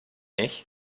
ich